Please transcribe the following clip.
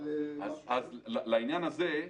לעניין הזה,